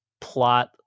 plot